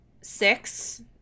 six